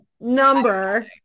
number